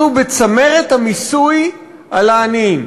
אנחנו בצמרת המיסוי על העניים.